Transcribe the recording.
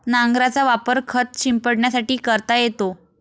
नांगराचा वापर खत शिंपडण्यासाठी करता येतो